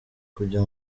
kujya